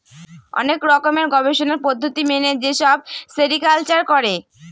অনেক রকমের গবেষণার পদ্ধতি মেনে যেসব সেরিকালচার করে